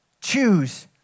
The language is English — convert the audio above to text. choose